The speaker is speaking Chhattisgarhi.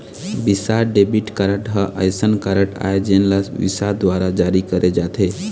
विसा डेबिट कारड ह असइन कारड आय जेन ल विसा दुवारा जारी करे जाथे